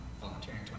volunteering